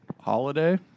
holiday